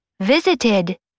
Visited